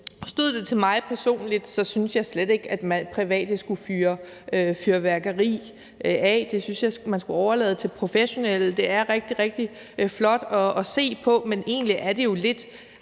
Stod det til mig personligt, skulle private slet ikke fyre fyrværkeri af. Det synes jeg man skulle overlade til professionelle. Det er rigtig, rigtig flot at se på, men egentlig er det lidt